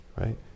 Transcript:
right